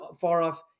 far-off